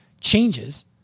changes